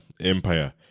empire